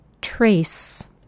trace